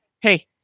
hey